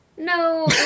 No